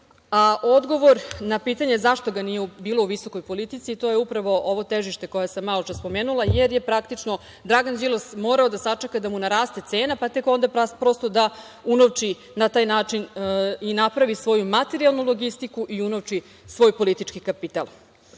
a odgovor na pitanje zašto ga nije bilo u visokoj politici to je upravo ovo težište koje sam maločas spomenula jer je praktično Dragan Đilas morao da sačeka da mu naraste cena pa tek onda prosto da unovči na taj način i napravi svoju materijalnu logistiku i unovči svoj politički kapital. Tek